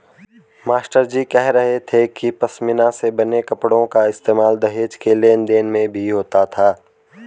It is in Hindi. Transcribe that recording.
मास्टरजी कह रहे थे कि पशमीना से बने कपड़ों का इस्तेमाल दहेज के लेन देन में भी होता था